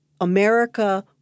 America